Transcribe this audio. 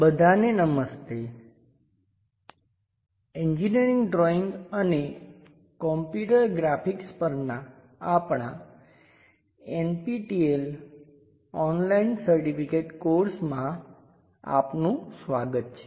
બધાને નમસ્તે engineering drawing અને computer graphics Engineering Drawing Computer Graphics પરના આપણાં NPTEL ઓનલાઈન સર્ટિફિકેટ કોર્સમાં આપનું સ્વાગત છે